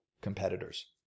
competitors